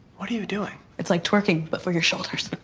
what are you doing? it's like twerking, but for your shoulders.